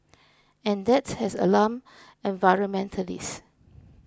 and that has alarmed environmentalists